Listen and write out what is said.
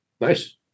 Nice